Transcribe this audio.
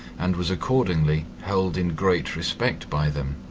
and was accordingly held in great respect by them.